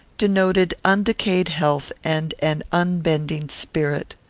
denoted undecayed health and an unbending spirit.